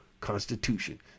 constitution